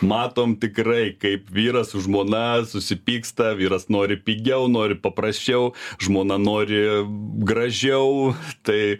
matom tikrai kaip vyras su žmona susipyksta vyras nori pigiau nori paprasčiau žmona nori gražiau tai